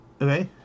Okay